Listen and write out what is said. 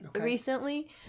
recently